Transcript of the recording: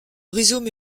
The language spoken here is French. rhizome